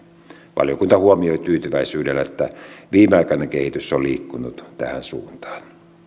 valiokunta huomioi tyytyväisyydellä että viimeaikainen kehitys on liikkunut tähän suuntaan